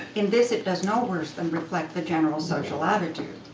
in this, it does no worse than reflect the general social attitude.